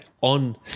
on